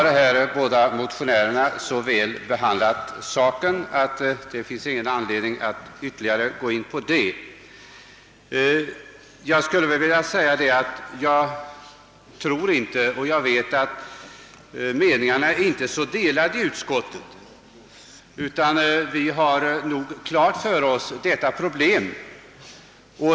De båda motionärerna har så väl behandlat sakfrågan att det inte finns någon anledning att ytterligare gå in på denna. Jag vill dock framhålla att meningarna inte är så delade i utskottet som man kanske kan tro; vi har nog alla detta problem klart för oss.